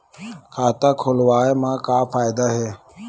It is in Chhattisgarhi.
खाता खोलवाए मा का फायदा हे